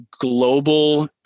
global